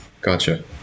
gotcha